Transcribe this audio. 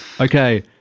Okay